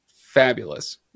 fabulous